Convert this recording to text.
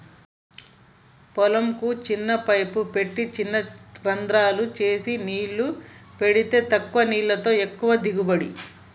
పొలం కు చిన్న పైపులు పెట్టి చిన రంద్రాలు చేసి నీళ్లు పెడితే తక్కువ నీళ్లతో ఎక్కువ దిగుబడి